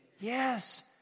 Yes